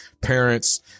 parents